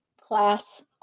class